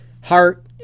heart